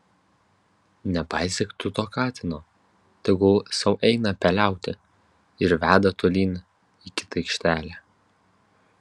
nepaisyk tu to katino tegul sau eina peliauti ir veda tolyn į kitą aikštelę